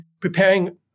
preparing